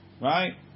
right